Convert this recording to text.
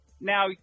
Now